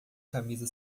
camisa